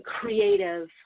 creative